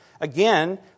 Again